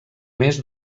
més